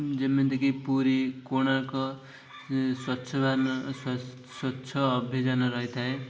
ଯେମିତିକି ପୁରୀ କୋଣାର୍କ ସ୍ୱଚ୍ଛ ସ୍ୱଚ୍ଛ ଅଭିଯାନ ରହିଥାଏ